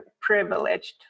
privileged